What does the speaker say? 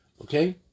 Okay